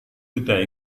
tidak